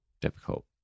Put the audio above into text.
difficult